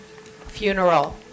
funeral